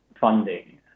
funding